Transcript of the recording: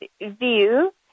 view